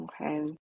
Okay